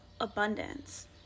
abundance